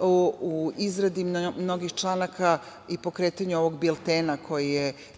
u izradi mnogih članaka i pokretanju ovog biltena